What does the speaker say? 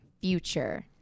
future